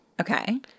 Okay